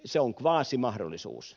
se on kvasimahdollisuus